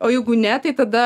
o jeigu ne tai tada